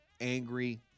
Angry